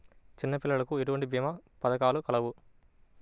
చిన్నపిల్లలకు ఎటువంటి భీమా పథకాలు కలవు?